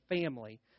family